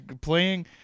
playing